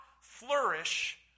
flourish